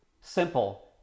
Simple